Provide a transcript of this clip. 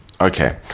Okay